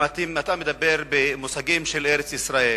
אם אתה מדבר במושגים של ארץ-ישראל,